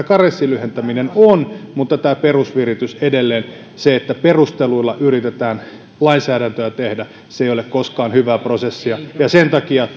karenssin lyhentäminen on mutta tässä perusvirityksessä edelleen se että perusteluilla yritetään lainsäädäntöä tehdä ei ole koskaan hyvää prosessia sen takia